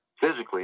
physically